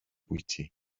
bwyty